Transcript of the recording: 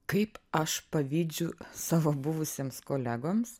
kaip aš pavydžiu savo buvusiems kolegoms